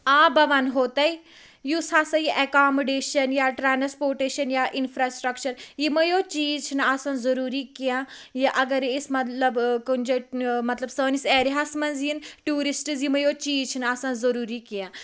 آ بہَ وَنہو تۄہہِ یُس ہَسا یہِ ایٚکامڈیشَن یا ٹرانسپوٹیشَن یا اِنفراسٹرکچَر یِمے یوت چیٖز چھِنہٕ آسان ضروٗری کینٛہہ یہِ اَگَرَے أسۍ مَطلَب کُنہِ جایہِ مَطلَب سٲنِس ایریا ہَس مَنٛز یِن ٹیورسٹٕس یِمے یوت چیٖز چھِنہٕ آسان ضروٗری کینٛہہ